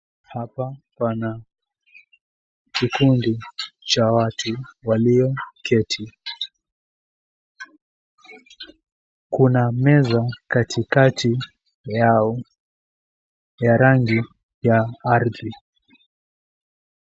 Hapa pana kikundi cha watu walioketi, kuna meza katikati yao ya rangi ya ardhi.